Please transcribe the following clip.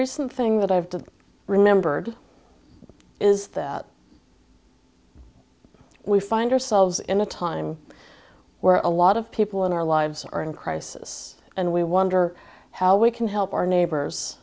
recent thing that i've been remembered is that we find ourselves in a time where a lot of people in our lives are in crisis and we wonder how we can help our neighbors